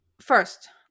first